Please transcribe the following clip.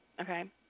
Okay